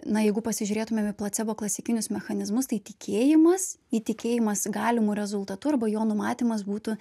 na jeigu pasižiūrėtumėm į placebo klasikinius mechanizmus tai tikėjimas įtikėjimas galimu rezultatu arba jo numatymas būtų